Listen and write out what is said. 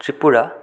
Tripura